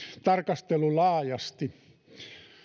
tarkastelua laajasti